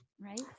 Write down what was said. Right